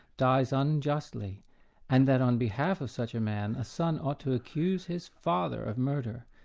dies unjustly and that on behalf of such a man a son ought to accuse his father of murder.